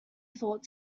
thought